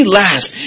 last